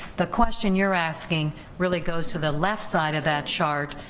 the question you're asking really goes to the left side of that chart,